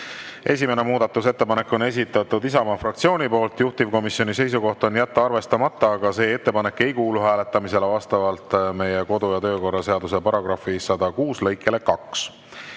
Esimene muudatusettepanek on esitatud Isamaa fraktsiooni poolt, juhtivkomisjoni seisukoht on jätta arvestamata. See ettepanek ei kuulu hääletamisele vastavalt meie kodu- ja töökorra seaduse § 106 lõikele 2.